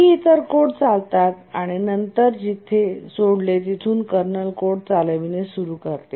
काही इतर कोड चालतात आणि नंतर जिथे सोडले तेथून कर्नल कोड चालविणे सुरू करते